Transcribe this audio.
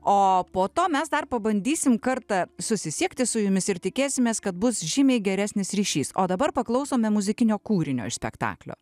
o po to mes dar pabandysim kartą susisiekti su jumis ir tikėsimės kad bus žymiai geresnis ryšys o dabar paklausome muzikinio kūrinio iš spektaklio